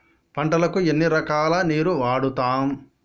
పంటలకు ఎన్ని రకాల నీరు వాడుతం?